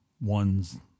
ones